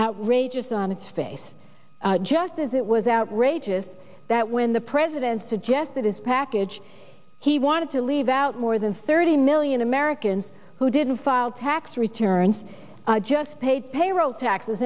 outrageous on its face just as it was outrageous that when the president suggested his package he wanted to leave out more than thirty million americans who didn't file tax returns just paid payroll taxes